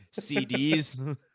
CDs